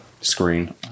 screen